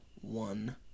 one